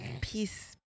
Peace